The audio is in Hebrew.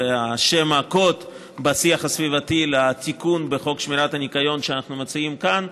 זה שם הקוד בשיח הסביבתי לתיקון בחוק שמירת הניקיון שאנחנו מציעים כאן,